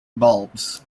bulbs